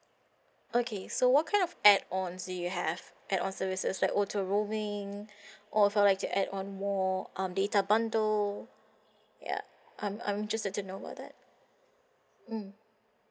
okay so what kind of add ons do you have add on services like auto roaming or if I'd like to add on more um data bundle ya I'm I'm just like to know about that mm